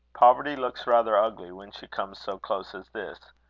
poverty looks rather ugly when she comes so close as this.